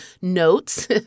notes